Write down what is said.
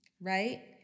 Right